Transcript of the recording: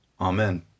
Amen